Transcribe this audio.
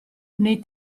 nei